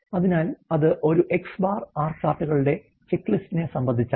അതിനാൽ അത് ഒരു X̄ R ചാർട്ടുകളുടെ ചെക്ക്ലിസ്റ്റിനെ സംബന്ധിച്ചാണ്